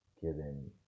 given